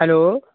hello